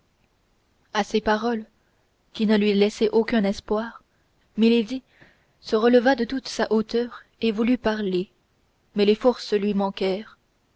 à ces paroles qui ne lui laissaient aucun espoir milady se releva de toute sa hauteur et voulut parler mais les forces lui manquèrent